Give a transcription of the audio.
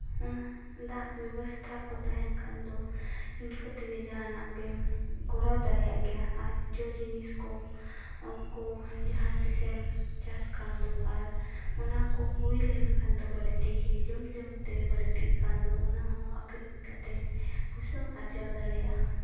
ᱚᱱᱟ ᱫᱟᱜ ᱵᱮᱵᱚᱥᱛᱷᱟ ᱠᱚ ᱛᱟᱦᱮᱱ ᱠᱷᱟᱱ ᱫᱚ ᱤᱱᱠᱟᱹ ᱛᱮᱜᱮ ᱡᱟᱦᱟᱱᱟᱜ ᱜᱮᱢ ᱠᱚᱨᱟᱣ ᱫᱟᱲᱮᱭᱟᱜ ᱜᱮᱭᱟ ᱟᱨ ᱡᱚ ᱡᱤᱱᱤᱥ ᱠᱚ ᱡᱟᱦᱟᱸ ᱛᱤᱥᱮᱢ ᱪᱟᱥ ᱠᱷᱟᱱ ᱫᱚ ᱟᱨ ᱚᱱᱟ ᱠᱚ ᱦᱩᱭ ᱞᱮᱱᱠᱷᱟᱱ ᱫᱚ ᱵᱟᱹᱲᱛᱤ ᱜᱮ ᱡᱚᱢᱼᱡᱚᱢ ᱛᱮ ᱵᱟᱹᱲᱛᱤᱜ ᱠᱷᱟᱱ ᱫᱚ ᱚᱱᱟ ᱦᱚᱸ ᱟᱹᱠᱷᱨᱤᱧ ᱠᱟᱛᱮ ᱯᱩᱭᱥᱟᱹᱢ ᱟᱨᱡᱟᱣ ᱫᱟᱲᱮᱭᱟᱜᱼᱟ